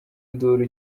induru